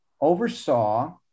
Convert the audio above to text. oversaw